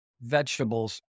vegetables